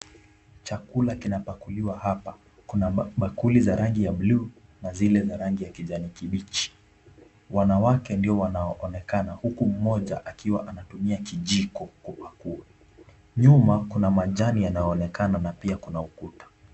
Chakula kina pakuliwa hapa kuna bakuli za rangi ya buluu na vile za rangi ya kijani kibichi, wanawake ndio wanaoonekana huku mmoja anatumia kijiko kupakua, nyuma kuna majani yanaonekana na pia kuna ukuta.